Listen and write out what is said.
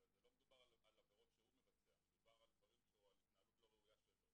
הרי זה לא מדובר על עבירות שהוא מבצע אלא על התנהלות לא ראויה שלו.